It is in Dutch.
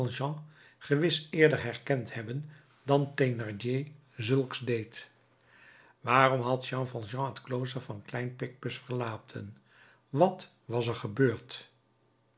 gewis eerder herkend hebben dan thénardier zulks deed waarom had jean valjean het klooster van klein picpus verlaten wat was er gebeurd